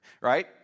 right